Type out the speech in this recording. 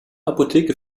apotheke